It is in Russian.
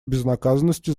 безнаказанностью